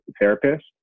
therapist